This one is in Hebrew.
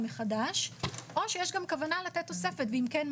מחדש או שיש גם כוונה לתת תוספת ואם כן,